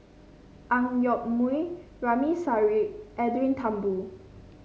Ang Yoke Mooi Ramli Sarip and Edwin Thumboo